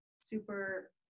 super